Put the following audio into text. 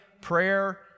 prayer